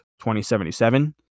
2077